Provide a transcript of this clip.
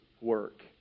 work